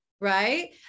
Right